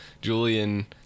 Julian